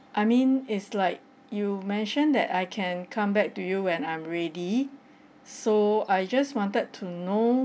I mean is like you mentioned that I can come back to you and I'm ready so I just wanted to know